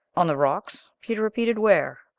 on the rocks! peter repeated where?